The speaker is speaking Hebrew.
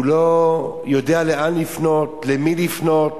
הוא לא יודע לאן לפנות, למי לפנות